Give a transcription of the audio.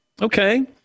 Okay